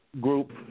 group